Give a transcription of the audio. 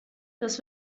das